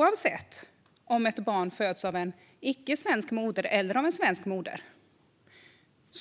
Oavsett om ett barn föds av en icke svensk moder eller en svensk moder